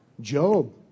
Job